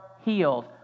healed